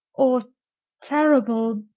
or terrible,